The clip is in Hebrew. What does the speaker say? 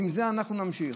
ועם זה אנחנו נמשיך.